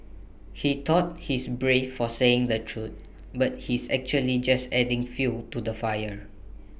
he thought he's brave for saying the truth but he's actually just adding fuel to the fire